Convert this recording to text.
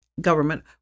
government